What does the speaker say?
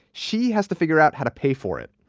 she has to figure out how to pay for it.